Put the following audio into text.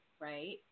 right